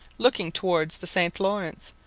looking towards the st. laurence,